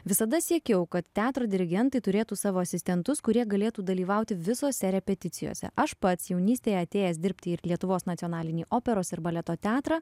visada siekiau kad teatro dirigentai turėtų savo asistentus kurie galėtų dalyvauti visose repeticijose aš pats jaunystėje atėjęs dirbti į lietuvos nacionalinį operos ir baleto teatrą